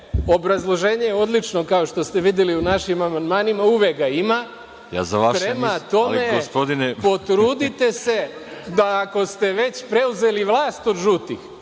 Obrazloženje je odlično, kao što ste videli u našim amandmanima, uvek ga ima. Prema tome, potrudite se da ako ste već preuzeli vlast od žutih,